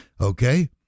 Okay